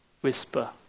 whisper